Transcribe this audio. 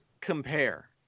compare